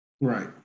Right